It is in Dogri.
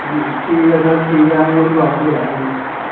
ठीक ऐ सर ठीक ऐ ओह् आह्ली बाद च चलागे हून